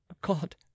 God